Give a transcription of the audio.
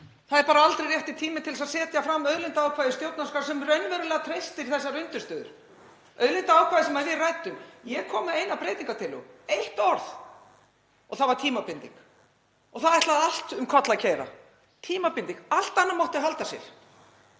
Það er bara aldrei rétti tíminn til að setja fram auðlindaákvæði í stjórnarskrá sem raunverulega treystir þessar undirstöður. Auðlindaákvæðið sem við ræddum; ég kom með eina breytingartillögu, eitt orð. Það var tímabinding. Það ætlaði allt um koll að keyra. Tímabinding. Allt annað mátti halda sér.